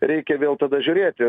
reikia vėl tada žiūrėti